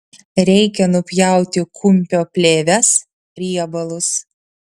reikia nupjauti kumpio plėves riebalus